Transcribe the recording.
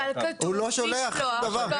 הוא לא שולח שום דבר.